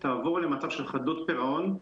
המדרשה תעבור למצב של חדות פירעון.